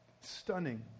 stunning